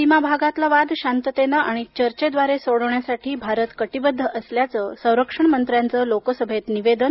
सीमा भागातला वाद शांततेनं आणि चर्चेद्वारे सोडवण्यासाठी भारत कटीबद्ध असल्याचं संरक्षण मंत्र्यांचं लोकसभेत निवेदन